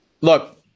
look